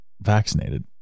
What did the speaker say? vaccinated